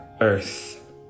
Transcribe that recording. earth